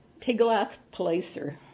Tiglath-Pileser